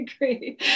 agree